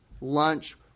lunch